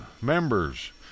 members